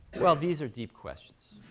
well, these are deep questions.